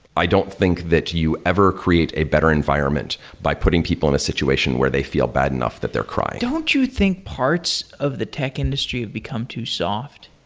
i don't think that you ever create a better environment by putting people in a situation where they feel bad enough that they're crying. don't you think parts of the tech industry become too soft?